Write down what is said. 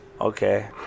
okay